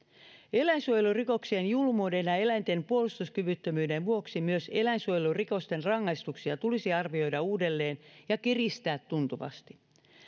eläinsuojelurikoksien julmuuden ja ja eläinten puolustuskyvyttömyyden vuoksi myös eläinsuojelurikosten rangaistuksia tulisi arvioida uudelleen ja kiristää tuntuvasti